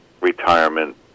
retirement